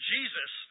Jesus